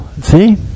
see